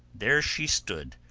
there she stood,